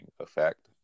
effect